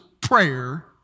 prayer